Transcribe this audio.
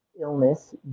illness